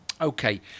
Okay